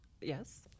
Yes